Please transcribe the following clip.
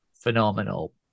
phenomenal